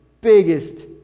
biggest